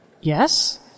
Yes